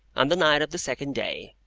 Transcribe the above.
on the night of the second day,